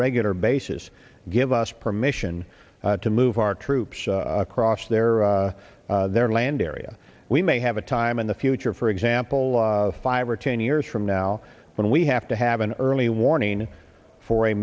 regular basis give us permission to move our troops across their their land area we may have a time in the future for example five or ten years from now when we have to have an early warning for a